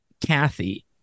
Kathy